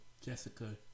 Jessica